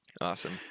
Awesome